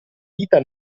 vita